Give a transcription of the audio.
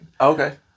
Okay